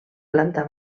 planta